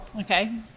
Okay